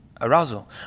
arousal